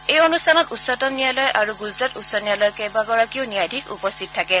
এই অনুষ্ঠানত উচ্চতম ন্যায়ালয় আৰু গুজৰাট উচ্চ ন্যায়ালয়ৰ কেইবাগৰাকীও ন্যায়াধীশ উপস্থিত থাকে